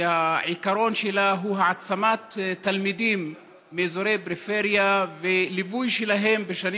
העיקרון שלה הוא העצמת תלמידים מאזורי פריפריה וליווי שלהם בשנים